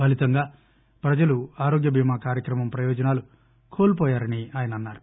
ఫలితంగా ప్రజలు ఆరోగ్య బీమా కార్యక్రమం ప్రయోజనాలు కోల్పోయారని ఆయన అన్నారు